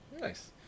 Nice